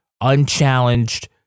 unchallenged